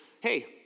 hey